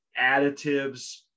additives